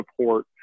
support